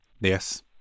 yes